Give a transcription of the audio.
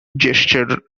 gesture